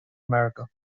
america